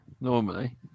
normally